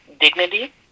dignity